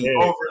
over